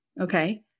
okay